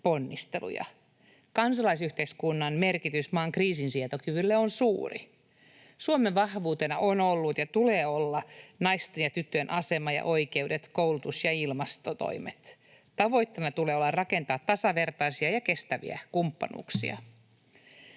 ponnisteluja. Kansalaisyhteiskunnan merkitys maan kriisinsietokyvylle on suuri. Suomen vahvuutena on ollut ja tulee olla naisten ja tyttöjen asema ja oikeudet, koulutus ja ilmastotoimet. Tavoitteena tulee olla rakentaa tasavertaisia ja kestäviä kumppanuuksia.